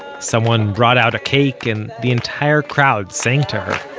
someone brought out a cake, and the entire crowd sang to her.